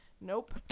nope